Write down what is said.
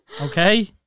Okay